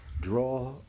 draw